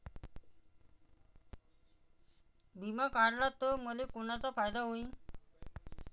बिमा काढला त मले कोनचा फायदा होईन?